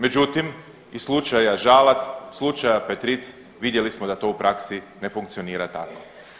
Međutim iz slučaja Žalac, slučaja Petric vidjeli smo da to u praksi ne funkcionira tako.